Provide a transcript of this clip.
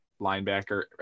linebacker